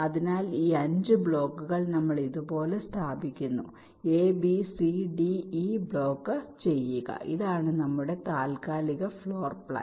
അതിനാൽ ഈ 5 ബ്ലോക്കുകൾ നമ്മൾ ഇതുപോലെ സ്ഥാപിക്കുന്നു a b c d e block ചെയ്യുക ഇതാണ് നമ്മുടെ താൽക്കാലിക ഫ്ലോർ പ്ലാൻ